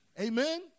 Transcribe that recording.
Amen